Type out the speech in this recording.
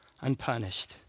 unpunished